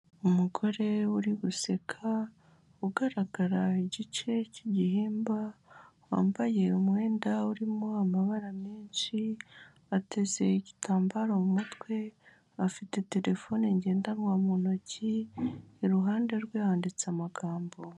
Umugore uri guseka ugaragara igice igice cy'igihimba wambaye umwenda urimo amabara menshi ateze igitambaro mu umutwe afite terefone ngendanwa mu ntoki, iruhande rwe handitse amagambo.